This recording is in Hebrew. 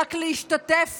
רק להשתתף